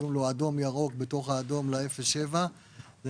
קוראים לו אדום-ירוק בתוך האדום לאפס עד שבעה קילומטר.